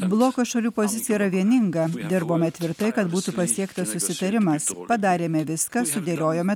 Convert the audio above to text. bloko šalių pozicija yra vieninga dirbome tvirtai kad būtų pasiektas susitarimas padarėme viską sudėliojome